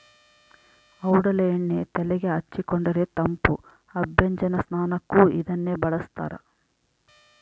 ಔಡಲ ಎಣ್ಣೆ ತೆಲೆಗೆ ಹಚ್ಚಿಕೊಂಡರೆ ತಂಪು ಅಭ್ಯಂಜನ ಸ್ನಾನಕ್ಕೂ ಇದನ್ನೇ ಬಳಸ್ತಾರ